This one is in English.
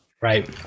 Right